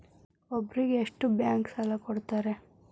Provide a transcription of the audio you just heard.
ಒಬ್ಬರಿಗೆ ಎಷ್ಟು ಬ್ಯಾಂಕ್ ಸಾಲ ಕೊಡ್ತಾರೆ?